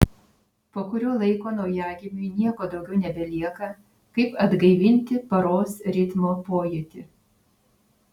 po kurio laiko naujagimiui nieko daugiau nebelieka kaip atgaivinti paros ritmo pojūtį